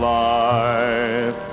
life